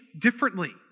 differently